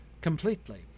completely